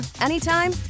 anytime